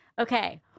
Okay